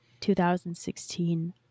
2016